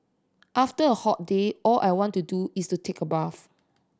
after a hot day all I want to do is to take a bath